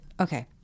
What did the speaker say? okay